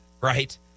right